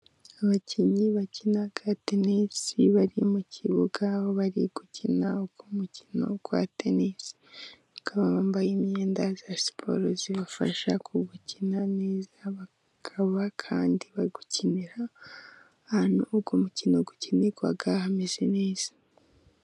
Abakinnyi bakina tenisi bari mu kibuga, aho bari gukina uwo mukino wa tenisi. Bakaba bambaye imyenda ya siporo ibafasha kuwukina neza. Bakaba kandi bawukinira ahantu uwo mukino ukinirwa hameze neza.